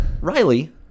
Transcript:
Riley